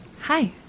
Hi